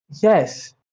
yes